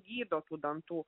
gydo tų dantų